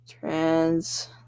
Trans